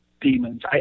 demons